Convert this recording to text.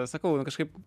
bet sakau nu kažkaip